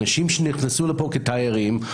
אנשים שנכנסו לפה כתיירים,